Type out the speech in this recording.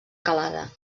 calada